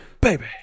baby